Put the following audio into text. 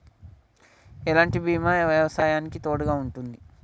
ఎలాంటి బీమా నా వ్యవసాయానికి తోడుగా ఉంటుంది?